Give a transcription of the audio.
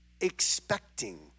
expecting